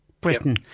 Britain